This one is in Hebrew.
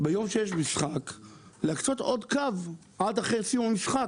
ביום שיש משחק להקצות עוד קו עד אחרי סיום המשחק,